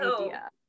idea